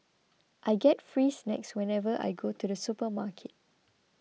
I get free snacks whenever I go to the supermarket